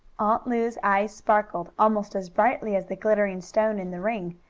aunt lu's eyes sparkled, almost as brightly as the glittering stone in the ring,